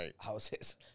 houses